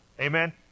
Amen